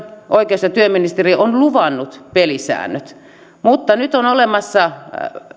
oikeus ja työministeri lindström on luvannut pelisäännöt nyt on olemassa